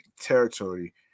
territory